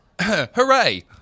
Hooray